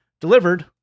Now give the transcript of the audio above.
delivered